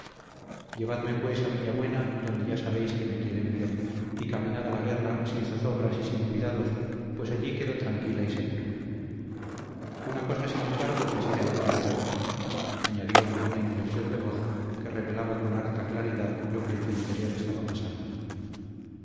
llevadme pues a villabuena donde ya sabéis que me quieren bien y caminad a la guerra sin zozobras y sin cuidados pues allí quedo tranquila y segura una cosa sin embargo quisiera encomendaros añadió con una inflexión de voz que revelaba con harta claridad lo que en su interior estaba pasando